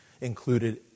included